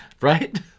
Right